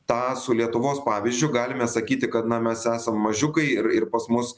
tą su lietuvos pavyzdžiu galime sakyti kad na mes esam mažiukai ir ir pas mus